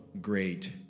great